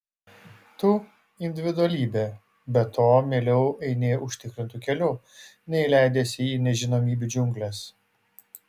tu individualybė be to mieliau eini užtikrintu keliu nei leidiesi į nežinomybių džiungles